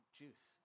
juice